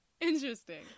interesting